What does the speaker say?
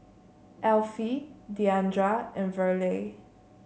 Alfie Diandra and Verle